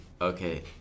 Okay